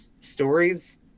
stories